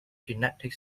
genetic